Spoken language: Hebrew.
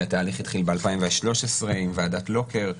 התהליך התחיל ב-2013 עם ועדת לוקר.